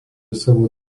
savo